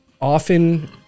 often